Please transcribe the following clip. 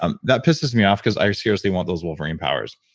um that pisses me off because i seriously want those wolverine powers.